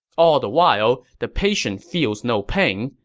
all the while, the patient feels no pain,